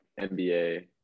nba